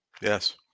Yes